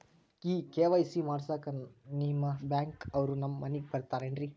ಈ ಕೆ.ವೈ.ಸಿ ಮಾಡಸಕ್ಕ ನಿಮ ಬ್ಯಾಂಕ ಅವ್ರು ನಮ್ ಮನಿಗ ಬರತಾರೆನ್ರಿ?